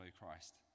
Christ